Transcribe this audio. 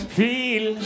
feel